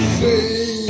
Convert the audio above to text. say